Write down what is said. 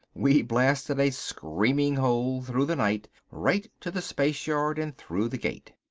we blasted a screaming hole through the night right to the spaceyard and through the gate.